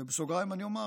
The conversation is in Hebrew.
ובסוגריים אני אומר,